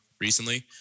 recently